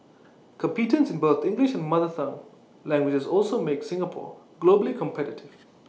competence in both English and mother tongue languages also makes Singapore globally competitive